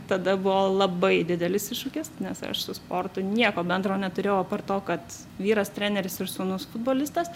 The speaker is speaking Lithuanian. tada buvo labai didelis iššūkis nes aš su sportu nieko bendro neturėjau apart to kad vyras treneris ir sūnus futbolistas